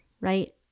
right